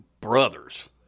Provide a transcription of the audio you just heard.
brothers